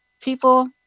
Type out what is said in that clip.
people